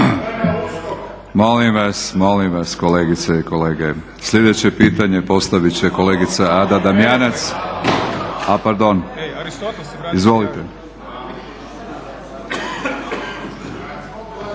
Molim vas, molim vas kolegice i kolege. Sljedeće pitanje postavit će kolegica Ada Damjanac. A pardon, izvolite.